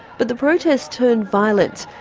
but the protest turned violent,